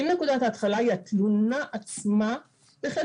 אם נקודת ההתחלה היא התלונה עצמה בהחלט